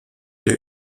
der